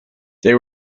they